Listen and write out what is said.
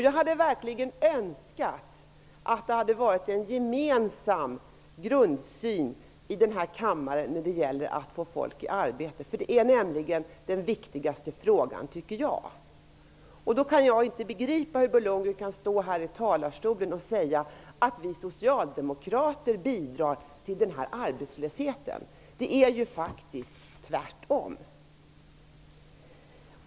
Jag hade verkligen önskat att det hade varit en gemensam grundsyn i denna kammare när det gäller att få folk i arbete. Jag tycker nämligen att det är den viktigaste frågan. Jag kan mot den bakgrunden inte begripa hur Bo Lundgren från denna talarstol kan säga att vi socialdemokrater bidrar till arbetslösheten. Det är faktiskt tvärtom.